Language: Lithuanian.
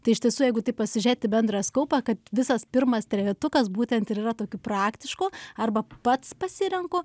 tai iš tiesų jeigu tai pasižiūrėti bendras skaupą kad visas pirmas trejetukas būtent ir yra tokių praktiškų arba pats pasirenku